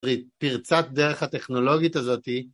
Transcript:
פרצת דרך הטכנולוגית הזאת